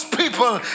people